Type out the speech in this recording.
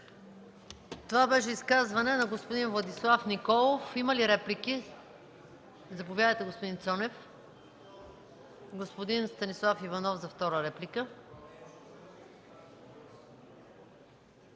Това беше изказване на господин Владислав Николов. Има ли реплики? Заповядайте, господин Цонев. Господин Станислав Иванов – за втора реплика.